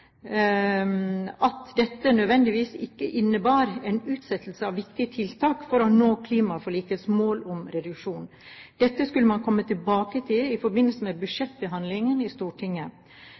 at dette ikke nødvendigvis innebar en utsettelse av viktige tiltak for å nå klimaforlikets mål om reduksjoner. Dette skulle man komme tilbake til i forbindelse med budsjettbehandlingen i Stortinget.